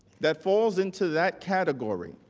that falls into that category